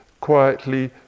quietly